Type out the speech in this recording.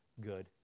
good